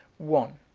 one.